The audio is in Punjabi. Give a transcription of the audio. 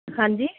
ਹਾਂਜੀ